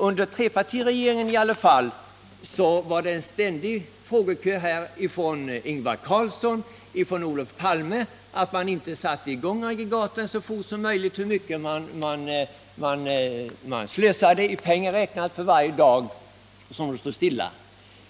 Under trepartiregeringen var det i alla fall ständiga frågor från Ingvar Carlsson och Olof Palme om varför man inte satte i gång aggregaten så fort som möjligt, hur mycket man slösade i pengar räknat för varje dag de stod stilla.